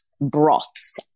broths